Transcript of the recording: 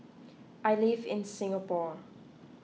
I live in Singapore